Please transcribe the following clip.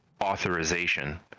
authorization